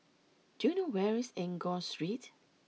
do you know where is Enggor Street